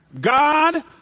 God